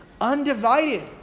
Undivided